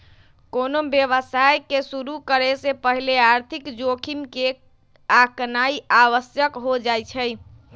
कोनो व्यवसाय के शुरु करे से पहिले आर्थिक जोखिम के आकनाइ आवश्यक हो जाइ छइ